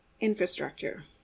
infrastructure